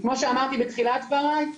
וכמו שאמרתי בתחילת דבריי,